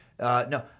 no –